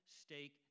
stake